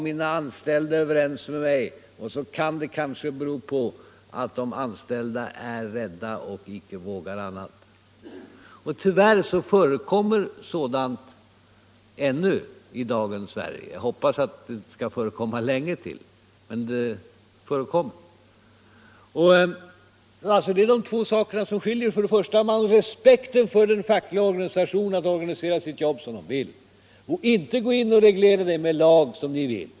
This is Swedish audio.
Mina anställda är överens med mig. Men att man blivit överens beror kanske på att de anställda är rädda och inte vågar annat. Tyvärr förekommer sådant ännu i dagens Sverige, men jag hoppas att det inte skall göra det länge till. Det är på bl.a. två punkter som centern och socialdemokraterna har skilda uppfattningar. Vi värnar om respekten för de fackliga organisationerna att organisera sitt arbete som de vill och inte reglera det med lagar, som centern vill.